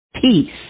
peace